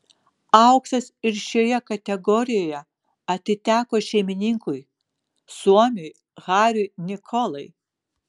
auksas ir šioje kategorijoje atiteko šeimininkui suomiui hariui nikolai